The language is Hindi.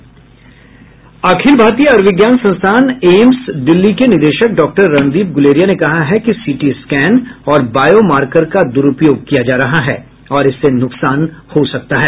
अखिल भारतीय आयुर्विज्ञान संस्थान एम्स दिल्ली के निदेशक डॉक्टर रणदीप गुलेरिया ने कहा है कि सीटी स्कैन और बायोमार्कर का दुरुपयोग किया जा रहा है और इससे नुकसान हो सकता है